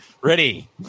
ready